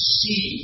see